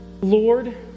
Lord